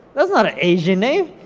that's not an asian name.